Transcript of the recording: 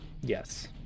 Yes